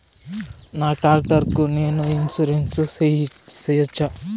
నా టాక్టర్ కు నేను ఇన్సూరెన్సు సేయొచ్చా?